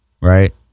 right